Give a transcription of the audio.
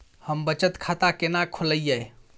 हम बचत खाता केना खोलइयै?